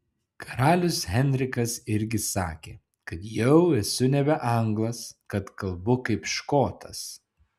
karalius henrikas irgi sakė kad jau esu nebe anglas kad kalbu kaip škotas